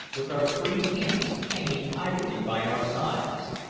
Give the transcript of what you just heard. with our freed hands hanging idly by our sides.